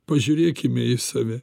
pažiūrėkime į save